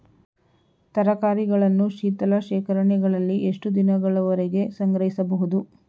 ತರಕಾರಿಗಳನ್ನು ಶೀತಲ ಶೇಖರಣೆಗಳಲ್ಲಿ ಎಷ್ಟು ದಿನಗಳವರೆಗೆ ಸಂಗ್ರಹಿಸಬಹುದು?